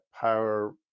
power